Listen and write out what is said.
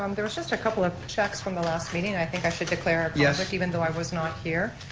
um there was just a couple of checks from the last meeting. and i think i should declare yes. public, like even though i was not here.